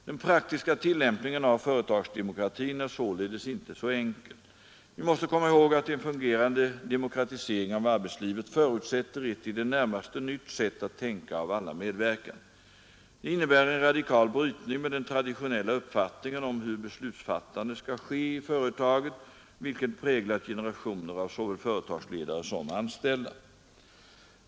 Den praktiska tillämpningen av företagsdemokratin är således inte så enkel. Vi måste komma ihåg att en fungerande demokratisering av arbetslivet förutsätter ett i det närmaste nytt sätt att tänka av alla medverkande. Det innebär en radikal brytning med den traditionella uppfattningen om hur beslutsfattandet skall ske i företaget, vilken präglat generationer av såväl företagsledare som anställda.